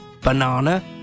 banana